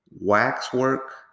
Waxwork